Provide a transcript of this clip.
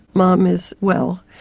mom is well'.